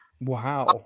Wow